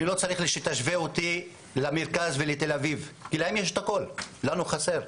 אני לא צריך שתשווה אותי למרכז ותל אביב כי להם יש את הכל ולנו חסר.